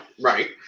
right